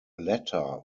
latter